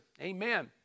Amen